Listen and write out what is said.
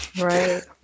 Right